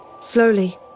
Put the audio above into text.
Slowly